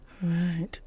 Right